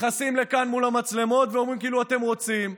נכנסים לכאן מול המצלמות ואומרים כאילו אתם רוצים.